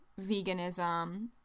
veganism